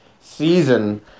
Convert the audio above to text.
season